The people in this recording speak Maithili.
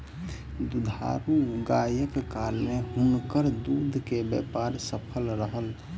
दुधारू गायक कारणेँ हुनकर दूध के व्यापार सफल रहल